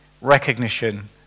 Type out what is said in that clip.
Recognition